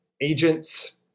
agents